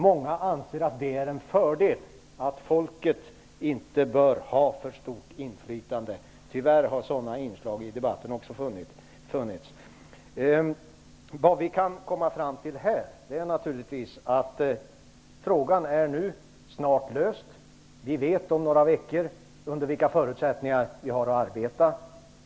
Många anser att det är en fördel att folket inte har alltför stort inflytande. Tyvärr har också sådana inslag funnits i debatten. Vi kan komma fram till att frågan snart är besvarad. Om några veckor vet vi under vilka förutsättningar vi har att arbeta.